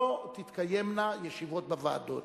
לא תתקיימנה ישיבות בוועדות.